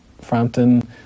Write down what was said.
Frampton